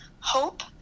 hope